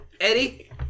eddie